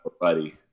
Buddy